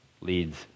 leads